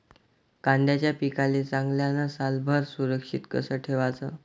कांद्याच्या पिकाले चांगल्यानं सालभर सुरक्षित कस ठेवाचं?